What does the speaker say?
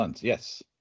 Yes